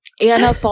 anna